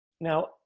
Now